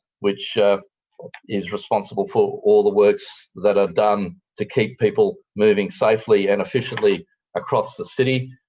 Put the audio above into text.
which is responsible for all the works that are done to keep people moving safely and efficiently across the city.